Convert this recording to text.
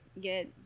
get